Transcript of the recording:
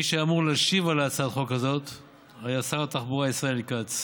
מי שהיה אמור להשיב על הצעת החוק הזאת היה שר התחבורה ישראל כץ.